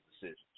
decisions